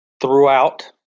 Throughout